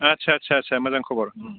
आच्चा आच्चा मोजां खबर